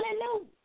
Hallelujah